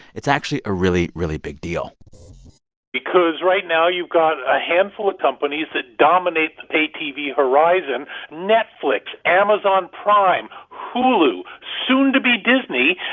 it's actually a really, really big deal because right now you've got a handful of companies that dominate the pay tv horizon netflix, amazon prime, hulu, soon to be disney.